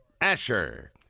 Asher